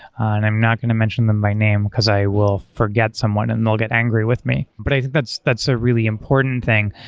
and i'm not going to mention them by name, because i will forget someone and they'll get angry with me. but that's that's a really important thing,